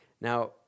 Now